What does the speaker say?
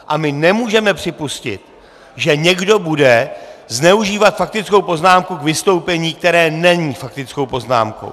A my nemůžeme připustit, že někdo bude zneužívat faktickou poznámku k vystoupení, které není faktickou poznámkou.